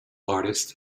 artists